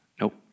Nope